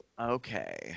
Okay